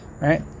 right